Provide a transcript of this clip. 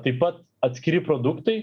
taip pat atskiri produktai